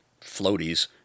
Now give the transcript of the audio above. floaties